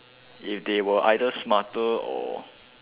if they were either smarter or